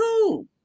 cool